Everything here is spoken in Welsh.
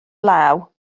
law